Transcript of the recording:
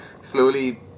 slowly